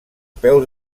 peus